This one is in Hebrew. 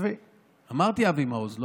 אמרתי אבי מעוז.